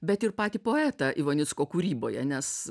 bet ir patį poetą ivanicko kūryboje nes